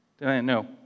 No